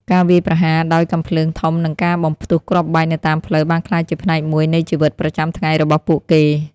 ការវាយប្រហារដោយកាំភ្លើងធំនិងការបំផ្ទុះគ្រាប់បែកនៅតាមផ្លូវបានក្លាយជាផ្នែកមួយនៃជីវិតប្រចាំថ្ងៃរបស់ពួកគេ។